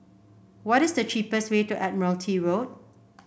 what is the cheapest way to Admiralty Road